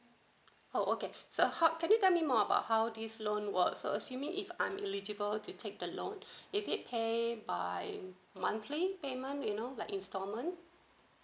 oh okay so how can you tell me more about how this loan works so assuming if I'm eligible to take a loan is it pay by monthly payment you know like installment